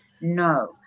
No